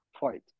fight